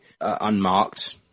unmarked